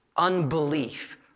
unbelief